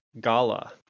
Gala